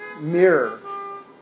mirror